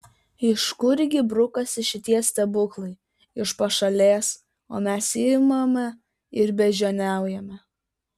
iš kurgi brukasi šitie stebuklai iš pašalės o mes imame ir beždžioniaujame